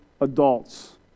adults